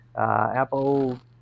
Apple